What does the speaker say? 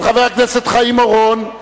של חבר הכנסת חיים אורון.